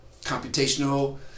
computational